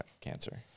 cancer